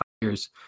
years